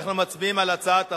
אנחנו מצביעים על הצעת החוק.